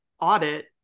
audit